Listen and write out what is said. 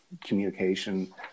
communication